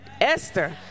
Esther